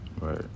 right